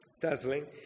dazzling